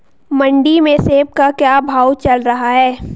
मंडी में सेब का क्या भाव चल रहा है?